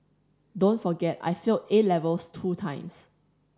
don't forget I failed A levels two times